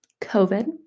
COVID